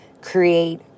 create